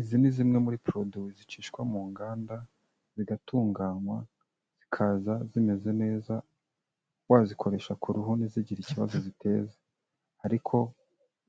Izi ni zimwe muri puruduwi zicishwa mu nganda zigatunganywa, zikaza zimeze neza, wazikoresha ku ruhu ntizigire ikibazo ziteza. Ariko